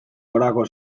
gorako